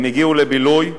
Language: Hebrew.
הם הגיעו לבילוי,